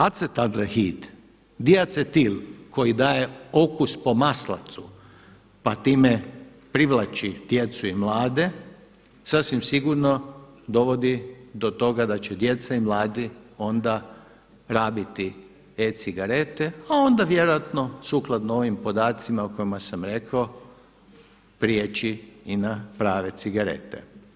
Acetaldehid, diacetil koji daje okus po maslacu pa time privlači djecu i mlade sasvim sigurno dovodi do toga da će djeca i mladi onda rabiti e-cigarete a onda vjerojatno sukladno ovim podacima o kojima sam rekao prijeći i na prave cigarete.